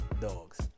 dogs